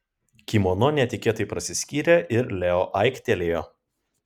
kimono netikėtai prasiskyrė ir leo aiktelėjo